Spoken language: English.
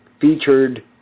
featured